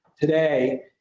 today